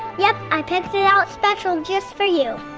yep. i picked it out special just for you.